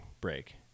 break